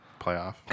Playoff